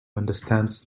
understands